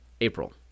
April